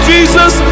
Jesus